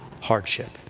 hardship